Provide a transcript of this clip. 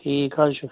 ٹھیٖک حظ چھُ